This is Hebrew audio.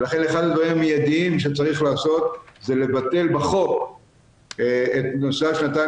לכן אחד הדברים המידיים שצריך לעשות זה לבטל בחוק את נושא השנתיים